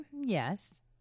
Yes